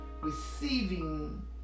receiving